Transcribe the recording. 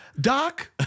Doc